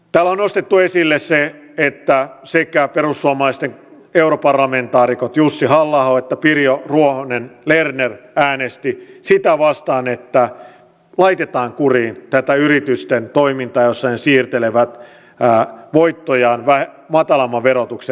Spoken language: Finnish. täällä on nostettu esille se että perussuomalaisten europarlamentaarikot sekä jussi halla aho että pirkko ruohonen lerner äänestivät sitä vastaan että laitetaan kuriin tätä yritysten toimintaa jossa ne siirtelevät voittojaan matalamman verotuksen maihin